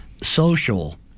social